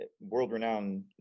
world-renowned